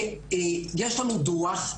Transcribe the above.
יש לנו דוח,